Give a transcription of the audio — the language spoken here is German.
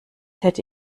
hätte